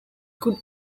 could